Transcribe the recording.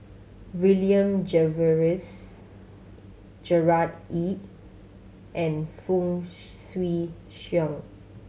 William Jervois Gerard Ee and Fong Swee Suan